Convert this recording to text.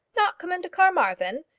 not come into carmarthen!